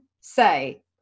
say